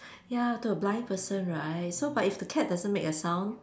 ya to a blind person right so but if the cat doesn't make a sound